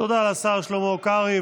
תודה לשר שלמה קרעי.